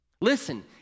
Listen